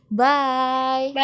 bye